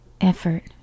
effort